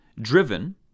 Driven